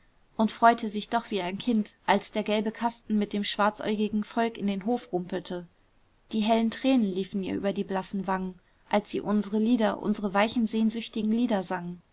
und freute sich doch wie ein kind als der gelbe kasten mit dem schwarzäugigen volk in den hof rumpelte die hellen tränen liefen ihr über die blassen wangen als sie unsere lieder unsere weichen sehnsüchtigen lieder sangen